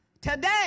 Today